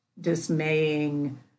dismaying